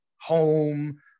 home